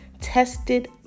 tested